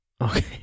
Okay